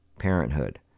parenthood